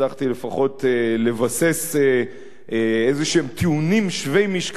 לבסס איזה טיעונים שווי משקל בעניין הזה,